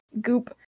goop